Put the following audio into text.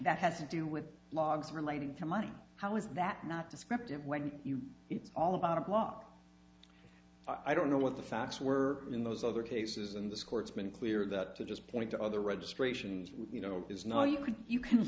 that has to do with blogs relating to money how is that not descriptive when you it's all about a block i don't know what the facts were in those other cases and this court's been clear that to just point to other registrations you know is not you can you can